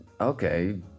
okay